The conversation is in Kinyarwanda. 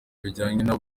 bijyanye